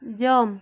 jump